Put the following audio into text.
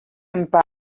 empats